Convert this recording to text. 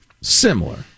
Similar